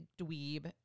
dweeb